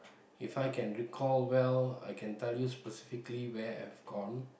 If I can recall well I can tell you specifically where I've gone